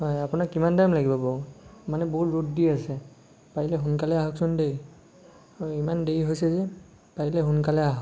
হয় আপোনাক কিমান টাইম লাগিব বাৰু মানে বহুত ৰ'দ দি আছে পাৰিলে সোনকালে আহকচোন দেই হয় ইমান দেৰি হৈছে যে পাৰিলে সোনকালে আহক